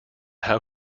how